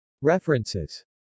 References